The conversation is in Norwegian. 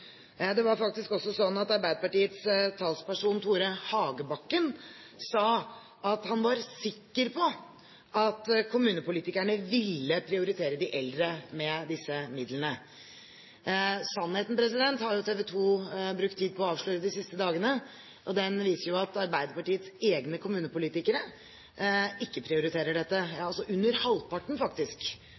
Det var faktisk også slik at Arbeiderpartiets talsperson, Tore Hagebakken, sa at han var sikker på at kommunepolitikerne ville prioritere de eldre med disse midlene. Sannheten har TV 2 brukt tid på å avsløre de siste dagene. Den er jo at Arbeiderpartiets egne kommunepolitikere ikke prioriterer dette. Faktisk under halvparten